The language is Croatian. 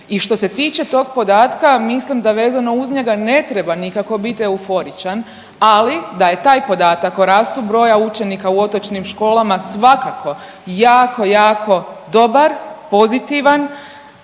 I što se tiče tog podatka mislim da vezano uz njega ne treba nikako bit euforičan, ali da je taj podatak o rastu broja učenika u otočnim školama svakako jako, jako dobar, pozitivan,